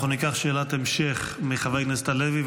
אנחנו ניקח שאלת המשך מחבר הכנסת הלוי,